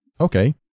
okay